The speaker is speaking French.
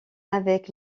avec